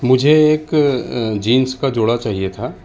مجھے ایک جینس کا جوڑا چاہیے تھا